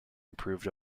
improved